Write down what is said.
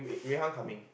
Wei-Han coming